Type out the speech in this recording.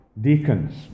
deacons